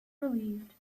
relieved